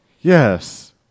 Yes